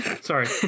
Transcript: Sorry